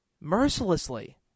Mercilessly